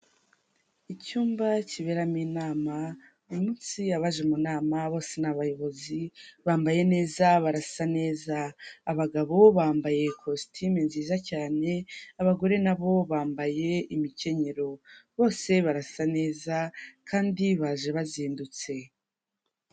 Icyumba kiberamo inama uyu umunsi abaje mu nama bose ni abayobozi bambaye neza barasa neza, abagabo bambaye ikositimu nziza cyane, abagore nabo bambaye imikenyero, bose barasa neza kandi baje bazindutse.